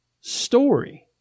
story